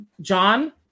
John